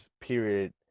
period